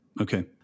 Okay